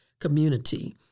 Community